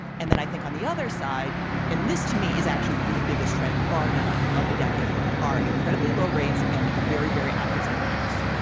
and then i think on the other side in this to me is actually the biggest trend bar. none of the decade are incredibly low rates and very, very active central banks.